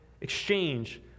exchange